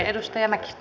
arvoisa puhemies